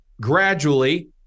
gradually